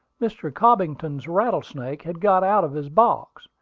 mr. cobbington's rattlesnake had got out of his box,